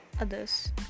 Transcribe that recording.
others